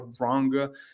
wrong